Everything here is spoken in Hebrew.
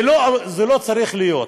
זה לא צריך להיות.